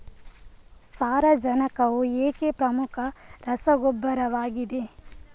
ಸಾರಜನಕವು ಏಕೆ ಪ್ರಮುಖ ರಸಗೊಬ್ಬರವಾಗಿದೆ?